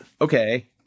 okay